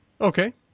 Okay